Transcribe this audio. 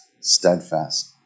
steadfast